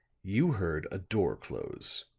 you heard a door close,